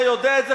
אתה יודע את זה,